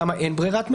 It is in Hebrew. שם אין ברירת מחדל,